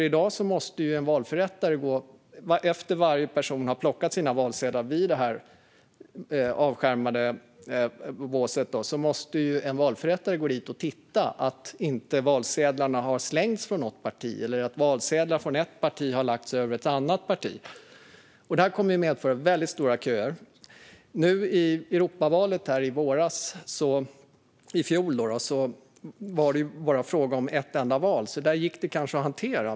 I dag måste ju en valförrättare gå in efter att varje person har plockat sina valsedlar i det avskärmade båset och se efter att inte valsedlarna från något parti har slängts eller att valsedlar från ett parti har lagts över dem från ett annat parti. Det medför väldigt stora köer. I Europaparlamentsvalet förra våren var det bara fråga om ett enda val, så där gick det kanske att hantera.